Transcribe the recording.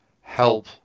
help